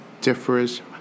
differs